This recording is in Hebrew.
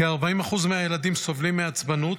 כ-40% מהילדים סובלים מעצבנות,